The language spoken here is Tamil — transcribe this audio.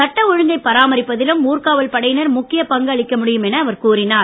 சட்ட ஒழுங்கை பராமரிப்பதிலும் ஊர்க்காவல் படையினர் முக்கிய பங்கு அளிக்க முடியும் என அவர் கூறினார்